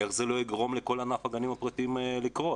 איך זה לא יגרום לכל ענף הגנים הפרטיים לקרוס.